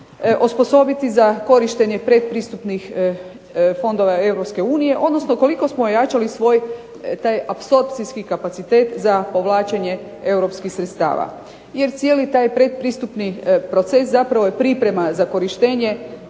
osposobiti za korištenje pretpristupnih fondova Europske unije, odnosno koliko smo ojačali svoj taj apsorpcijski kapacitet za povlačenje europskih sredstava jer cijeli taj pretpristupni proces zapravo je priprema za korištenje